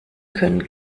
können